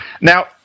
Now